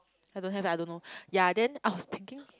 I don't have eh I don't know yea then I was thinking